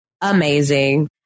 amazing